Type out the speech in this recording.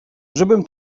żebym